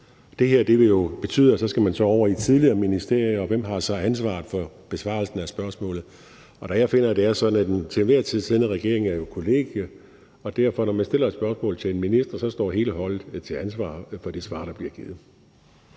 vil jo betyde, at man så skal over i tidligere ministerier, og hvem har så ansvaret for besvarelsen af spørgsmålet? Og jeg finder, at det er sådan, at den til enhver tid siddende regering er et kollegie, og at når man derfor stiller et spørgsmål til en minister, står hele holdet til ansvar for det svar, der bliver givet.